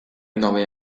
nove